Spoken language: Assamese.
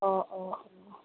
অঁ অঁ অঁ